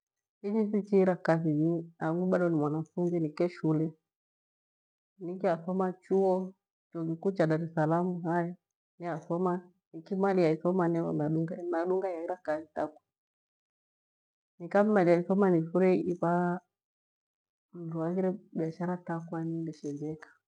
Inyi thichiira kathinyi nike shule hangiu bado ni mwanafunzi nike shule, nikyathoma chuo, chuo kikuu cha darithalamu haya niyathoma, nikimalia ithoma niyo nadunga ihira kathi takwa, nikamlaia ithoma nifurie ivaa mru aghire biashara takwe aendeshe njeka.